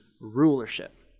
rulership